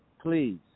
Please